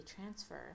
transfer